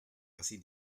así